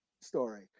Story